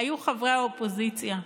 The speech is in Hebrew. היו חברי האופוזיציה,